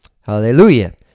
Hallelujah